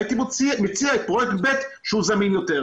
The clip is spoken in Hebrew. הייתי מוציא את פרויקט ב' שהוא זמין יותר.